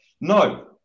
no